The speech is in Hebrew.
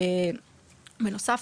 בנוסף,